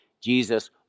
Jesus